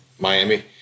Miami